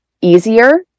easier